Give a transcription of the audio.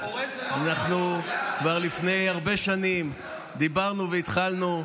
אנחנו כבר לפני הרבה שנים דיברנו והתחלנו,